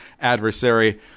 adversary